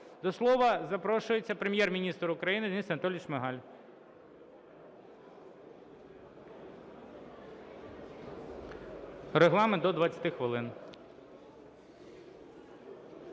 До слова запрошується Прем'єр-міністр України Денис Анатолійович Шмигаль. Регламент - до 20 хвилин.